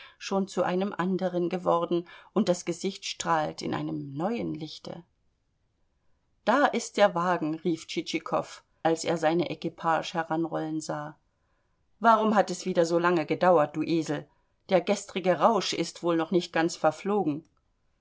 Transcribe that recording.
schon zu einem anderen geworden und das gesicht strahlt in einem neuen lichte da ist ja der wagen rief tschitschikow als er seine equipage heranrollen sah warum hat es wieder so lange gedauert du esel der gestrige rausch ist wohl noch nicht ganz verflogen